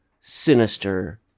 sinister